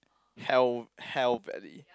hell hell barely